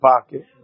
pocket